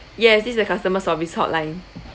yes this the customer service hotline